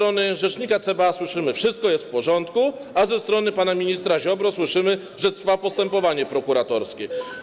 Od rzecznika CBA słyszymy, że wszystko jest w porządku, a od pana ministra Ziobry słyszymy, że trwa postępowanie prokuratorskie.